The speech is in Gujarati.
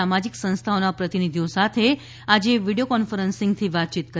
સામાજિક સંસ્થાઓના પ્રતિનિધિઓ સાથે આજે વીડિયો કોન્ફરન્સિંગથી વાતયીત કરી